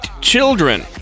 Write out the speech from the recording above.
children